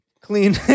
clean